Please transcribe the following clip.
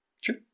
Sure